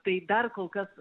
tai dar kol kas